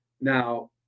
Now